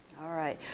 alright,